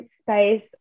space